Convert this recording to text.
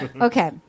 Okay